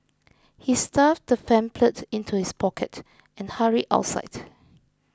he stuffed the pamphlet into his pocket and hurried outside